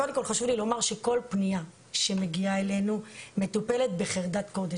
חשוב לי לומר שכל פנייה שמגיעה אלינו מטופלת בחרדת קודש.